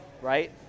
Right